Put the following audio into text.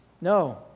No